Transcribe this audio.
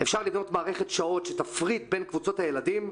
אפשר לבנות מערכת שעות שתפריד בין קבוצות הילדים,